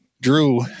drew